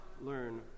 learn